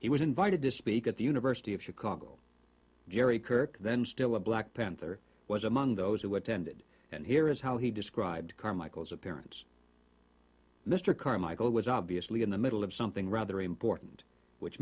he was invited to speak at the university of chicago jerry kirk then still a black panther was among those who attended and here is how he described carmichael's appearance mr carmichael was obviously in the middle of something rather important which